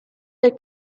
del